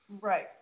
right